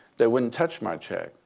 they wouldn't touch my check.